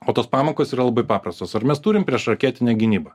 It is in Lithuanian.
o tos pamokos yra labai paprastos ar mes turim priešraketinę gynybą